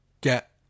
get